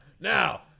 Now